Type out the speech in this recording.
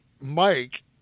Mike